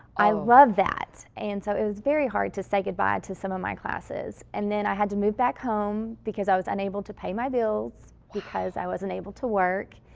i love that. and so it was very hard to say goodbye to some of my classes. and then i had to move back home because i was unable to pay my bills because i was unable to work,